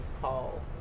call